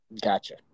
gotcha